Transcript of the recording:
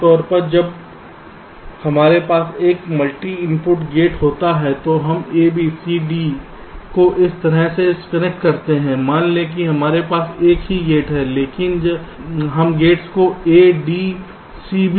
आम तौर पर जब हमारे पास एक मल्टी इनपुट गेट होता है तो हम ABCD को इस तरह से कनेक्ट करते हैं मान लें कि हमारे पास एक ही गेट है लेकिन हम गेट्स को ADCB कहते हैं